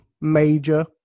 major